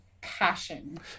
passion